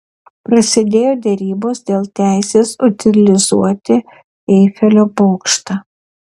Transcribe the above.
prasidėjo derybos dėl teisės utilizuoti eifelio bokštą